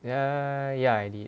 ya ya I did